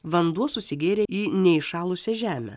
vanduo susigėrė į neįšalusią žemę